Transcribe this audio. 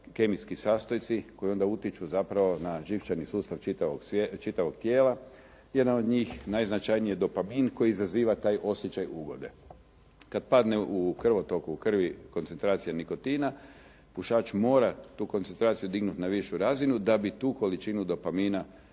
kemijski sastojci koji onda utječu zapravo na živčani sustav čitavog tijela. Jedan od njih najznačajniji je dopamin koji izaziva taj osjećaj ugode. Kad padne u krvotoku u krvi koncentracija nikotina pušač mora tu koncentraciju dignuti na višu razinu da bi tu količinu dopamina